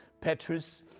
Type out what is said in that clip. petrus